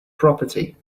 property